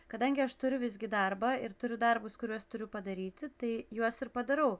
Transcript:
kadangi aš turiu visgi darbą ir turiu darbus kuriuos turiu padaryti tai juos ir padarau